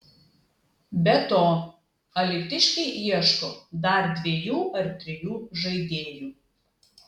be to alytiškiai ieško dar dviejų ar trijų žaidėjų